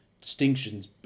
distinctions